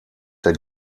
der